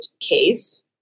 case